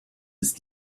ist